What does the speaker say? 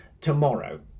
tomorrow